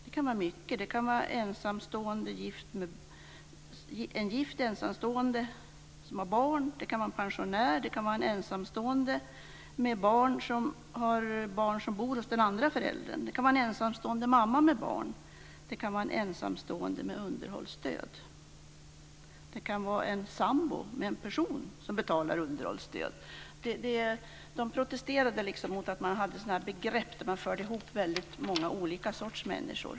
Det kan vara mycket, en gift ensamstående med barn, en pensionär, en ensamstående med barn som bor hos den andre föräldern, ensamstående mamma med barn, en ensamstående med underhållsstöd, en sambo med en person som betalar underhållsstöd. Det protesterades mot att man använde sådana här begrepp där man förde ihop många olika sorts människor.